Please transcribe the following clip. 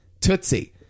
Tootsie